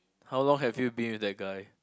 how long have you been with that guy